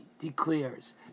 declares